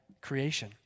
creation